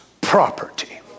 property